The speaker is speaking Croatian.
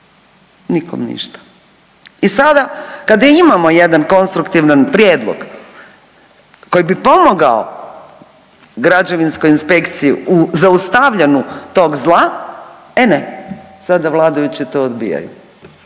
nikom ništa. I sada kaka imamo jedan konstruktivan prijedlog koji bi pomogao građevinskoj inspekciji u zaustavljanju tog zla, e ne, sada vladajući to odbijaju.